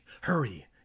hurry